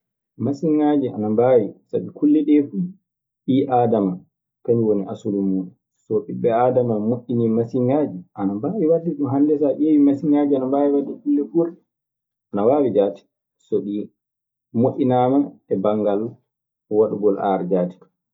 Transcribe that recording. Masiŋaaji, ana mbaawi sabi kulle ɗee fuu ɓii aadama kañun woni asru muuɗun. So ɓiɓɓe aadama moƴƴinii masiŋaaji, ana mbaawi waɗde ɗun. Hannde so a ƴeewii, masiŋaaji ana mbaawi waɗde kulle kuurɗe. Ana waawi jaati, so ɗi moƴƴinaama e banngal waɗugol aar jaati.